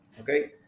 okay